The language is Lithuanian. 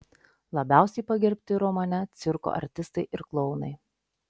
labiausiai pagerbti romane cirko artistai ir klounai